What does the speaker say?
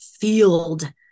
field